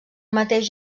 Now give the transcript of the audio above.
mateix